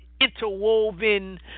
Interwoven